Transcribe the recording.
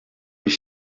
bir